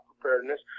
preparedness